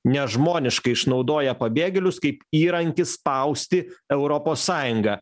nežmoniškai išnaudoja pabėgėlius kaip įrankį spausti europos sąjungą